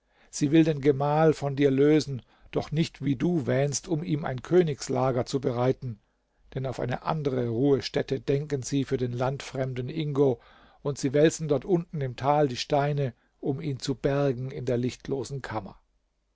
sie will den gemahl von dir lösen doch nicht wie du wähnst um ihm ein königslager zu bereiten denn auf eine andere ruhestätte denken sie für den landfremden ingo und sie wälzen dort unten im tal die steine um ihn zu bergen in der lichtlosen kammer